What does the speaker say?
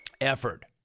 effort